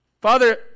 Father